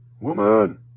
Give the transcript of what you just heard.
Woman